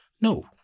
No